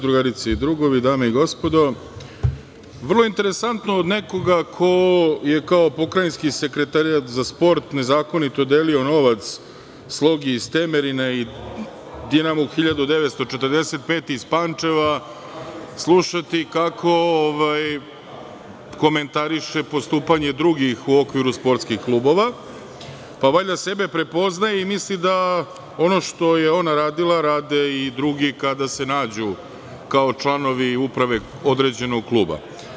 Drugarice i drugovi, dame i gospodo, vrlo je interesantno od nekoga ko je kao pokrajinski sekretar za sport nezakonito delio novac „Slogi“ iz Temerina i „Dinamu 1945“ iz Pančeva slušati kako komentariše postupanje drugih u okviru sportskih klubova, pa valjda sebe prepoznaje i misli da ono što je ona radila rade i drugi kada se nađu kao članovi uprave određenog kluba.